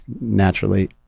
naturally